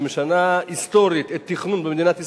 שמשנה היסטורית את התכנון במדינת ישראל,